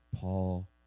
paul